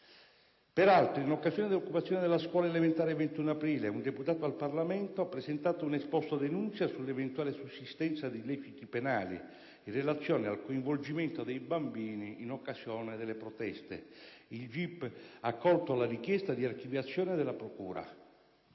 Peraltro, in occasione dell'occupazione della scuola elementare "XXI aprile" un deputato al Parlamento ha presentato un esposto-denuncia sull'eventuale sussistenza di illeciti penali in relazione al coinvolgimento dei bambini in occasione delle proteste. Il giudice per le indagini preliminari ha accolto la richiesta di archiviazione della procura.